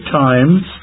times